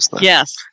Yes